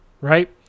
right